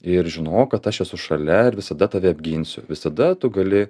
ir žinok kad aš esu šalia ir visada tave apginsiu visada tu gali